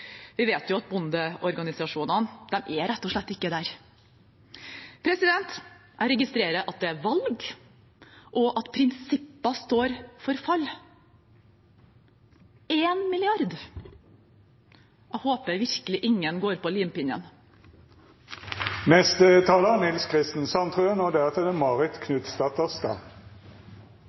Vi vet at bondeorganisasjonene er rett og slett ikke der. Jeg registrerer at det er valg, og at prinsipper står for fall. 1 mrd. kr – jeg håper virkelig ingen går på limpinnen. Akkurat i dette øyeblikket er det tørke i Brasil og